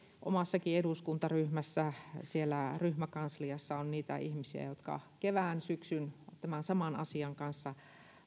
omassakin eduskuntaryhmässä siellä ryhmäkansliassa on niitä ihmisiä jotka kevään ja syksyn tämän saman asian kanssa